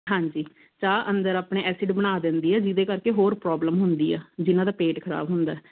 ਹਾਂਜੀ ਚਾਹ ਅੰਦਰ ਆਪਣੇ ਐਸਿਡ ਬਣਾ ਦਿੰਦੀ ਹੈ ਜਿਹਦੇ ਕਰਕੇ ਹੋਰ ਪ੍ਰੋਬਲਮ ਹੁੰਦੀ ਆ ਜਿਨ੍ਹਾਂ ਦਾ ਪੇਟ ਖਰਾਬ ਹੁੰਦਾ ਹੈ